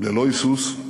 ללא היסוס,